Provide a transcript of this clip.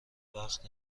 وقت